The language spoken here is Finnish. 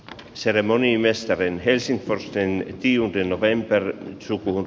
seremoniamestari helsinki forsten kilpi november suppuun